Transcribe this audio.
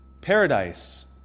paradise